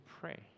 pray